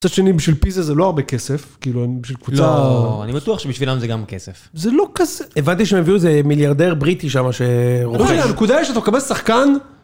מצד שני בשביל פיזה זה לא הרבה כסף, כאילו הם בשביל קבוצה, לא אני בטוח שבשבילם זה גם כסף. זה לא כזה... הבנתי שהם הביאו איזה מיליארדר בריטי שמה ש... הנקודה היא שאתה מקבל שחקן.